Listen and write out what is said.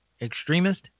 extremist